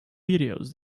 videos